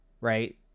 right